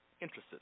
interested